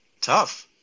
Tough